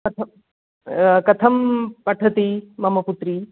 कथं कथं पठति मम पुत्री